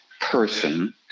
person